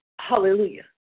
Hallelujah